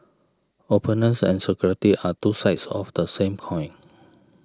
openness and security are two sides of the same coin